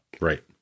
right